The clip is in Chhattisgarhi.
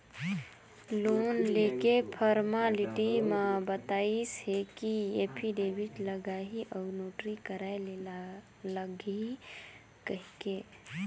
लोन लेके फरमालिटी म बताइस हे कि एफीडेबिड लागही अउ नोटरी कराय ले लागही कहिके